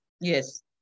Yes